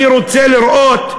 אני רוצה לראות,